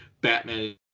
Batman